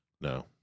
No